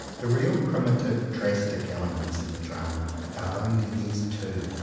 the real primitive, drastic elements in the drama are only these two.